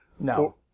No